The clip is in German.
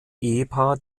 ehepaar